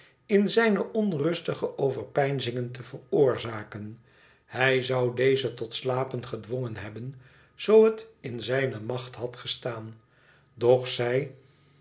in zijne onrustige overpeinzingen te veroorzaken hij zou deze tot slapen gedwongen hebben zoo het in zijne macht had gestaan doch zij